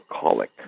colic